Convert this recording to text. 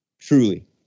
truly